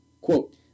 Quote